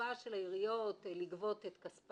החובה של העיריות לגבות את כספן,